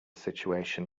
situation